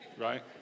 right